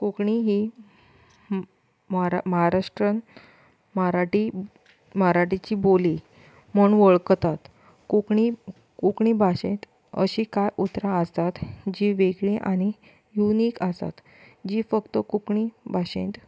कोंकणी हीं म्हार महाराष्ट्रान मराठी मराठीची बोली म्हूण वळखतात कोंकणी कोंकणी भाशेंत अशीं कांय उतरां आसात जी वेगळी आनी युनीक आसात जी फक्त कोंकणी भाशेंत